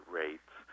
rates